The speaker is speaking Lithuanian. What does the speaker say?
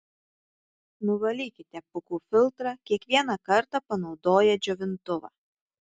nuvalykite pūkų filtrą kiekvieną kartą panaudoję džiovintuvą